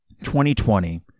2020